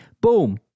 Boom